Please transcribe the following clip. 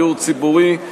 דיור ציבורי,